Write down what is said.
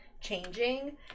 changing